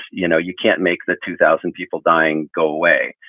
you know, you can't make the two thousand people dying go away.